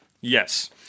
Yes